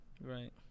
Right